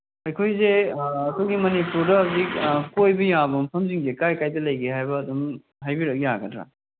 ꯑꯩꯈꯣꯏꯁꯦ ꯑꯩꯈꯣꯏꯒꯤ ꯃꯅꯤꯄꯨꯔꯗ ꯍꯧꯖꯤꯛ ꯀꯣꯏꯕ ꯌꯥꯕ ꯃꯐꯝꯁꯤꯡꯁꯦ ꯀꯥꯏ ꯀꯥꯏꯗ ꯂꯩꯒꯦ ꯍꯥꯏꯕ ꯑꯗꯨꯝ ꯍꯥꯏꯕꯤꯔꯛ ꯌꯥꯒꯗ꯭ꯔꯥ